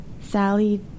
Sally